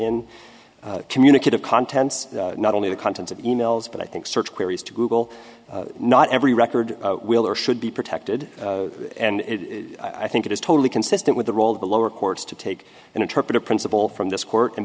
in communicative contents not only the contents of e mails but i think search queries to google not every record will or should be protected and it i think it is totally consistent with the role of the lower courts to take and interpret a principle from this court and